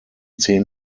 zehn